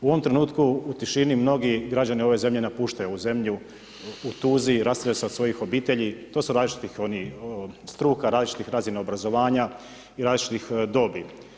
U ovom trenutku u tišini mnogi građani ove zemlje napuštaju ovu zemlju u tuzi, rastaju se od svojih obitelji, tu su različitih struka, različitih razina obrazovanja i različitih dobi.